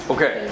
Okay